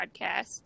podcast